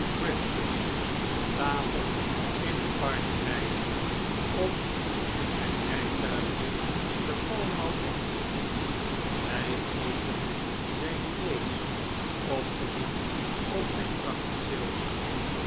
thriftless statig in het park rijden of in zijn rijtuigje de pall mall afvliegen wij eten zijn diners opgediend op zijn prachtig zilver